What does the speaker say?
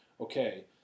okay